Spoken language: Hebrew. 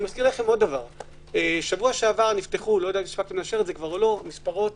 שבוע שעבר נפתחו מספרות